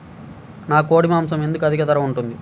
నాకు కోడి మాసం ఎందుకు అధిక ధర ఉంటుంది?